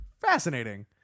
fascinating